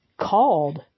called